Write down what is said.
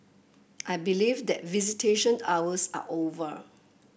I believe that visitation hours are over